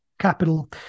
capital